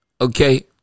Okay